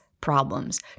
problems